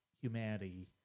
humanity